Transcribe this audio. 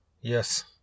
Yes